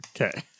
Okay